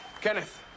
Kenneth